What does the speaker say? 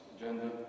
agenda